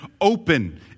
open